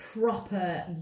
proper